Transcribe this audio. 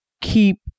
keep